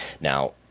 Now